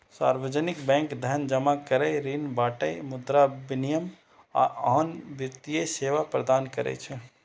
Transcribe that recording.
सार्वजनिक बैंक धन जमा करै, ऋण बांटय, मुद्रा विनिमय, आ आन वित्तीय सेवा प्रदान करै छै